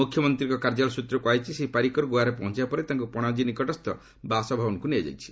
ମୁଖ୍ୟମନ୍ତ୍ରୀଙ୍କ କାର୍ଯ୍ୟାଳୟ ସ୍ୱତ୍ରରୁ କୁହାଯାଇଛି ଶ୍ରୀ ପାରିକର ଗୋଆରେ ପହଞ୍ଚବା ପରେ ତାଙ୍କୁ ପାଣାଜୀ ନିକଟସ୍ଥ ବାସଭବନକୁ ନିଆଯାଇଛି